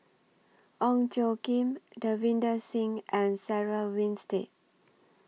Ong Tjoe Kim Davinder Singh and Sarah Winstedt